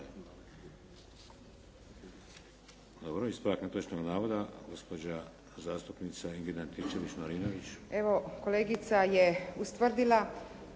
Dobro, ispravak netočnog navoda, gospođa zastupnica Ingrid Antičević-Marinović. **Antičević Marinović,